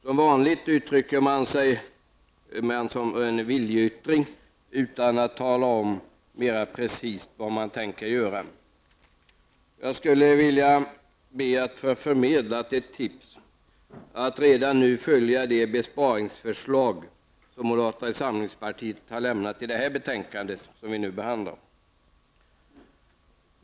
Som vanligt uttrycker man en sådan viljeyttring utan att mera precis säga vad man tänker göra. Jag skulle vilja förmedla tipset att man redan nu skall följa det besparingsförslag som moderata samlingspartiet har lämnat i det betänkande som vi nu behandlar.